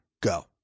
Go